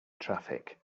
traffic